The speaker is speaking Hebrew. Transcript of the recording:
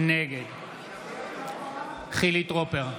נגד חילי טרופר,